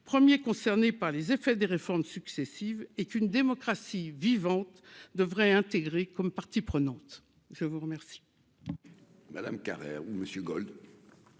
premiers concernés par les effets des réformes successives et qu'une démocratie vivante devrait intégré comme partie prenante, je vous remercie.